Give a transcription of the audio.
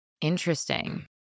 interesting